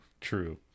true